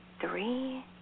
Three